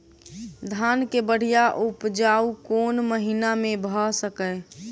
धान केँ बढ़िया उपजाउ कोण महीना मे भऽ सकैय?